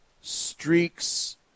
Streaks